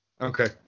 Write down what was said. Okay